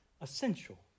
essential